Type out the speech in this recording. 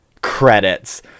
credits